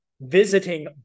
visiting